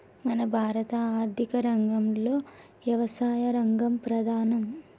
మన భారత ఆర్థిక రంగంలో యవసాయ రంగం ప్రధానం